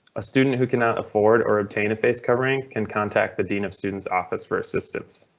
a student who cannot afford or obtain a face covering can contact the dean of students office for assistance.